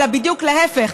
אלא בדיוק להפך.